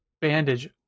bandage